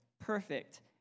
perfect